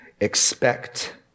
Expect